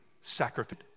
sacrifice